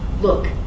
look